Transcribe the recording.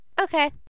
Okay